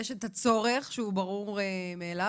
יש את הצורך שהוא ברור מאליו,